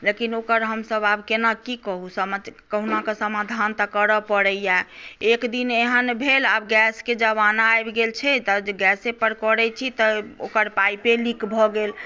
लेकिन ओकर हमसभ आब केना की कहु कहुना तऽ समाधान करऽ पड़ैया एक दिन एहन भेल आब गैस के जमाना आबि गेल छै तऽ गैसे पर करै छी तऽ ओकर पाइपे लीक भऽ गेल